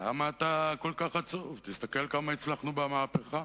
למה אתה כל כך עצוב, תסתכל כמה הצלחנו במהפכה.